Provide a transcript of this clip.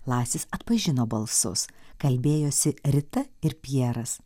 lasis atpažino balsus kalbėjosi rita ir pjeras